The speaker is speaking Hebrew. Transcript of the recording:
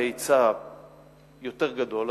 והיה לי היצע יותר גדול,